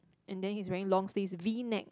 and then he's wearing long sleeves V neck